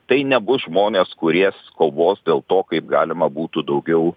tai nebus žmonės kurie kovos dėl to kaip galima būtų daugiau